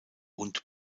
und